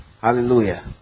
Hallelujah